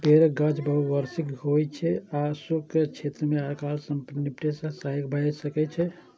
बेरक गाछ बहुवार्षिक होइ छै आ शुष्क क्षेत्र मे अकाल सं निपटै मे सहायक भए सकै छै